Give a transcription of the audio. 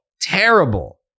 Terrible